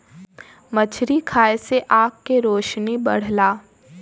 मछरी खाये से आँख के रोशनी बढ़ला